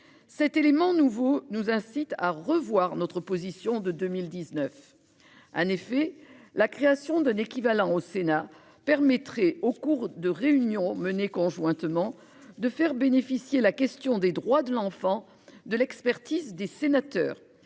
Cet élément nouveau nous incite à revoir notre position de 2019. En effet la création d'un équivalent au Sénat permettrait au cours de réunions menées conjointement de faire bénéficier la question des droits de l'enfant, de l'expertise des sénateurs,